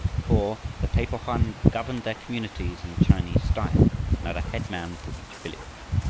for the pepo-hoan governed their communities in the chinese style and had a headman for each village.